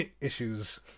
issues